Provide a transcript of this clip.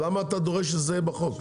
אז למה אתה דורש שזה יהיה בחוק?